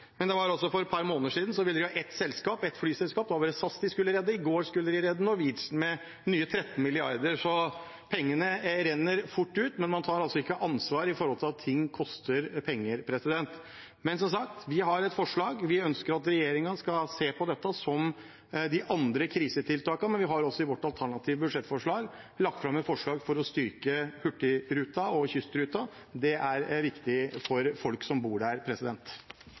i går skulle de redde Norwegian med nye 13 mrd. kr. Så pengene renner fort ut, men man tar ikke ansvar for at ting koster penger. Men som sagt: Vi har et forslag. Vi ønsker at regjeringen skal se på dette, som på de andre krisetiltakene. Vi har i vårt alternative budsjett et forslag om å styrke Hurtigruten og kystruten. Det er viktig for folkene som bor der.